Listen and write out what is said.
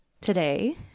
today